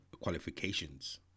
qualifications